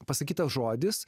pasakytas žodis